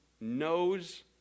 knows